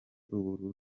ubururu